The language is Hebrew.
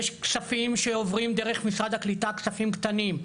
יש כספים שעוברים דרך משרד הקליטה, כספים קטנים.